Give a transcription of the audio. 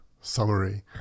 summary